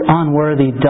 unworthy